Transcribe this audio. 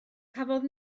cafodd